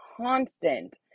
constant